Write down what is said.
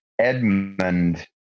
Edmund